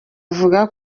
avuga